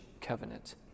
covenant